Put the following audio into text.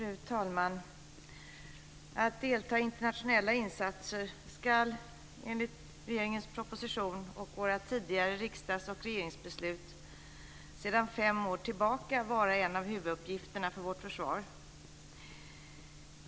Fru talman! Att delta i internationella insatser ska enligt regeringens proposition och våra tidigare riksdags och regeringsbeslut sedan fem år tillbaka vara en av huvuduppgifterna för vårt försvar.